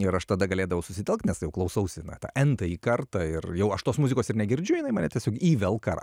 ir aš tada galėdavau susitelkt nes jau klausausi na tą entąjį kartą ir jau aš tos muzikos ir negirdžiu jinai mane tiesiog įvelka